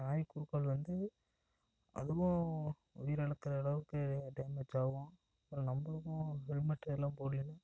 நாய் குறுக்கால வந்து அதுவும் உயிர் இலக்குற அளவுக்கு டேமேஜ் ஆவும் அப்புறம் நம்பளுக்கும் ஹெல்மெட் இதெல்லாம் போடுலின்னா